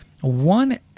One